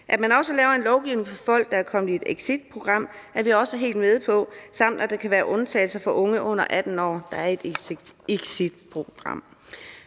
At man også laver en lovgivning for folk, der er kommet i et exitprogram, samt at der kan være undtagelser for unge under 18 år, der er i et exitprogram,